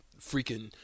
freaking